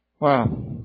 Wow